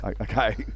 Okay